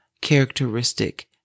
characteristic